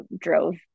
drove